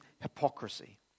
hypocrisy